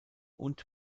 und